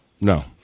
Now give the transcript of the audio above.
No